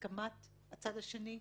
בהסכמת הצד השני.